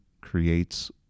creates